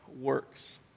works